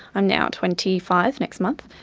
i'm now twenty five next month.